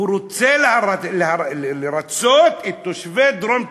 הוא רוצה לרצות את תושבי דרום תל-אביב,